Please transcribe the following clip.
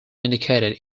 indicated